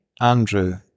Andrew